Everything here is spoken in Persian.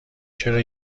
چرا